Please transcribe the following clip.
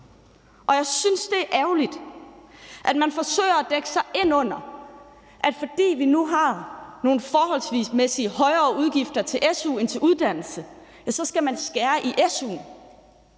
Jeg synes, at det er ærgerligt, at man forsøger at dække sig ind under, at fordi vi nu har nogle forholdsmæssig højere udgifter til su end til uddannelse, så skal man skære i su'en.